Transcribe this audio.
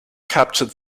captured